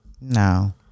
No